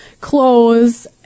clothes